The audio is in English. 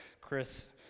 Chris